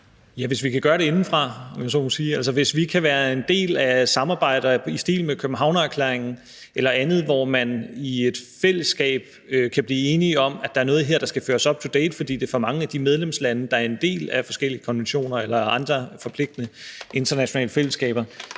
jeg så må sige, altså hvis vi kan være en del af et samarbejde i stil med det om Københavnererklæringen eller andet, hvor man i et fællesskab kan blive enige om, at der er noget her, der skal føres up to date, fordi det for mange af de medlemslande, der er en del af forskellige konventioner eller andre forpligtende internationale fællesskaber,